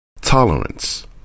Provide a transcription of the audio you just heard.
Tolerance